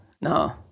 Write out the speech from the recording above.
no